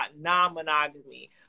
non-monogamy